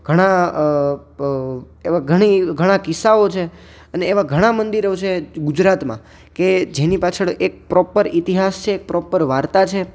ઘણા એવા ઘણી ઘણા કિસ્સાઓ છે અને એવા ઘણા મંદિરો છે ગુજરાતમાં કે જેની પાછળ એક પ્રોપર ઇતિહાસ છે પ્રોપર વાર્તા છે